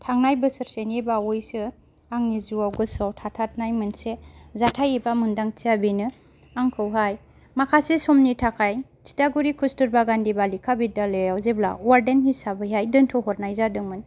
थांनाय बोसोरसेनि बावैसो आंनि जिउआव गोसोआव थाथारनाय मोनसे जाथाय एबा मोन्दांथिया बेनो आंखौहाय माखासे समनि थाखाय तिथागुरि कस्तुरबागान दिबा लेखा बिद्यालयआव जेब्ला वार्देन हिसाबैहाय दोन्थ'हरनाय जादोंमोन